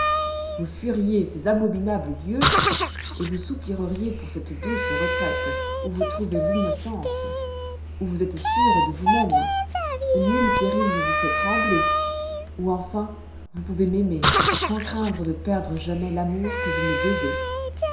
vous fuiriez ces abominables lieux et vous soupireriez pour cette douce retraite où vous trouvez l'innocence où vous êtes sûre de vous-même où nul péril ne vous fait trembler où enfin vous pouvez m'aimer sans craindre de perdre jamais l'amour que vous me devez